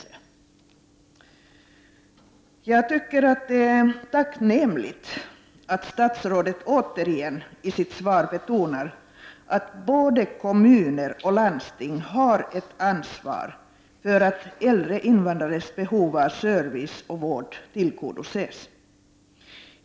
a: Jag tycker att det är tacknämligt att statsrådet återigen i sitt svar betonar att både kommuner och landsting har ett ansvar för att äldre invandrares behov av service och vård tillgodoses.